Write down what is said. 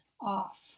off